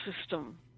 system